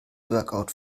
workout